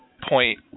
point